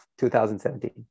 2017